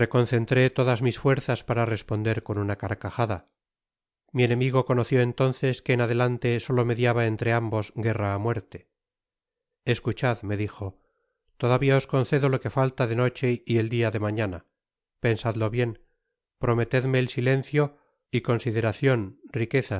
reconcentré todas mis fuerzas para responder con una carcajada mi enemigo conoció entonces que en adelante solo mediaba entre ambos guerra á muerte escuchad me dijo todavia os concedo lo que falta de noche y el dia de mañana pensadlo bien prometedme el silencio y consideracion riquezas